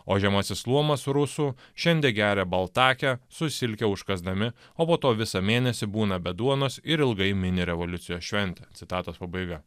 o žemasis luomas rusų šiandie geria baltakę su silke užkąsdami o po to visą mėnesį būna be duonos ir ilgai mini revoliucijos šventę citatos pabaiga